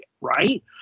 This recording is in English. right